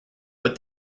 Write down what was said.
but